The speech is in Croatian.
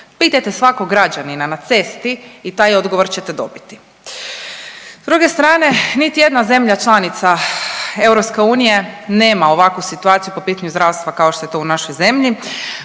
Pitajte svakog građanina na cesti i taj odgovor ćete dobiti. S druge strane niti jedna zemlja članica EU nema ovakvu situaciju po pitanju zdravstva kao što je to u našoj zemlji.